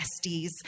besties